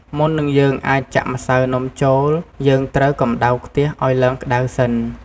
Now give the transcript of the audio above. មុននឹងយើងអាចចាក់ម្សៅនំចូល យើងត្រូវកម្តៅខ្ទះឱ្យឡើងក្តៅសិន។